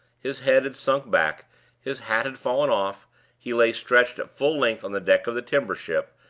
his head had sunk back his hat had fallen off he lay stretched at full length on the deck of the timber-ship,